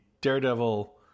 daredevil